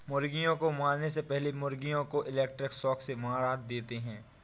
मुर्गियों को मारने से पहले मुर्गियों को इलेक्ट्रिक शॉक से मार देते हैं